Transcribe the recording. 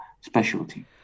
specialty